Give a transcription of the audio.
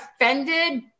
offended